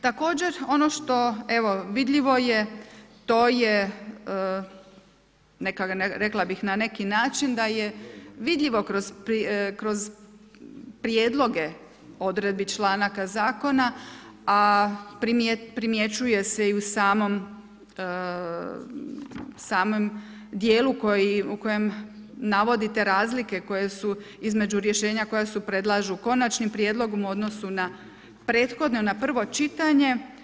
Također ono što evo vidljivo je to je, rekla bih na neki način da vidljivo kroz prijedloge odredbi članaka zakona a primjećuje se i u samom djelu u kojem navodite razlike koje su između rješenja koja se predlažu konačnim prijedlogom u odnosu na prethodno, na prvo čitanje.